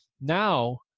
Now